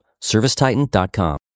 Servicetitan.com